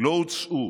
לא הוצאו,